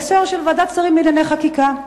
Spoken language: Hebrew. בהקשר של ועדת שרים לענייני חקיקה.